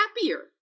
happier